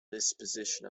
disposition